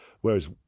Whereas